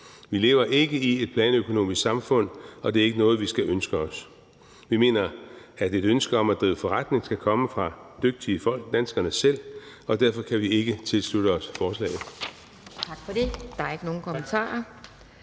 Vi lever ikke i et planøkonomisk samfund, og det er ikke noget, vi skal ønske os at gøre. Vi mener, at et ønske om at drive forretning skal komme fra dygtige folk, danskerne selv, og derfor kan vi ikke tilslutte os forslaget.